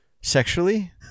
Sexually